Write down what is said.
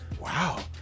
wow